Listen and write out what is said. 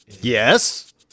yes